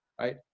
right